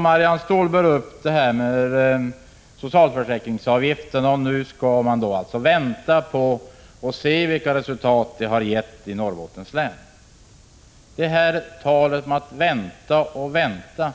Marianne Stålberg tog också upp frågan om socialförsäkringsavgiften och sade att vi nu skall vänta och se vilka resultat detta system har gett i Norrbottens län. Det här talet om att vänta och vänta